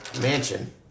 mansion